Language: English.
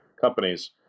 companies